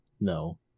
No